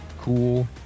cool